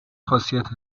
خاصیت